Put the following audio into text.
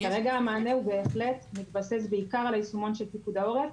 כרגע המענה בהחלט מתבסס בעיקר על היישומון של פיקוד העורף,